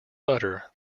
butter